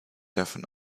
davon